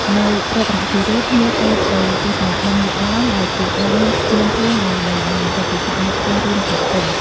នៅរតនគិរី ភ្ញៀវអាចទៅទស្សនាបឹង យក្សឡោម ដែលជាបឹងភ្នំភ្លើងដ៏ល្បីល្បាញ បន្ទាប់ពីស្នាក់នៅផ្ទះរួមសហគមន៍។